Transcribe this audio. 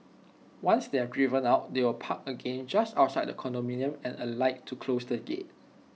once they are driven out they will park again just outside the condominium and alight to close the gate